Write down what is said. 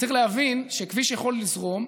צריך להבין שכביש יכול לזרום,